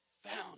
found